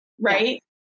right